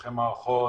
מנתחי מערכות,